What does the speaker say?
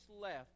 left